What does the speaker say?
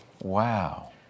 Wow